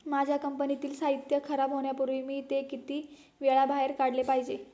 माझ्या कंपनीतील साहित्य खराब होण्यापूर्वी मी ते किती वेळा बाहेर काढले पाहिजे?